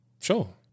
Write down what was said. Sure